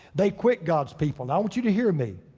they quit god's people. i want you to hear me.